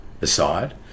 aside